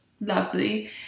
lovely